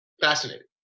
fascinating